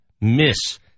miss